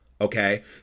Okay